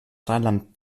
rheinland